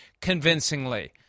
convincingly